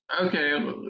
Okay